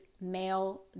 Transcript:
male